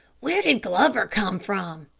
where did glover come from?